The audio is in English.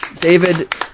David